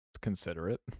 considerate